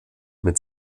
mit